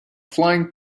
flying